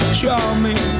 charming